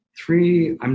Three